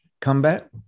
combat